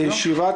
וישיבת